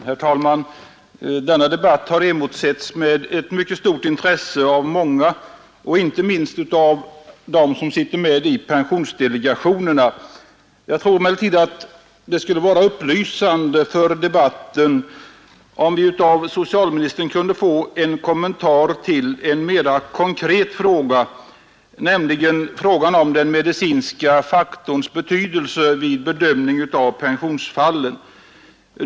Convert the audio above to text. Herr talman! Denna debatt har emotsetts med ett mycket stort intresse av många och inte minst av dem som sitter med i pensionsdelegationerna. Jag tror emellertid att det skulle vara upplysande för debatten om vi av socialministern kunde få en kommentar till en mer konkret fråga, nämligen den medicinska faktorns betydelse vid bedömningen av pensionsfallen.